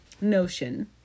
notion